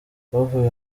bavuye